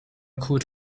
called